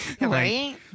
Right